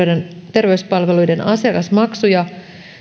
terveyspalveluiden asiakasmaksuja